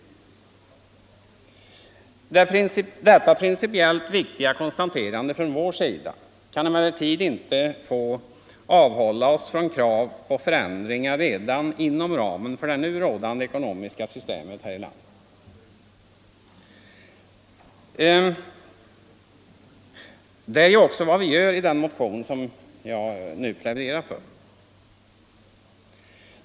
Detta principiellt viktiga konstaterande från vår sida kan emellertid inte få avhålla oss från att framföra krav på förändringar redan inom ramen för det nu rådande ekonomiska systemet här i landet. Det är ju också vad vi gör i den motion som jag nu pläderar för.